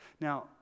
Now